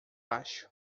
acho